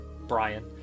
Brian